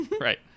Right